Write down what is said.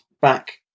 back